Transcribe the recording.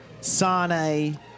Sane